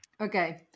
okay